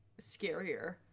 scarier